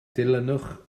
dilynwch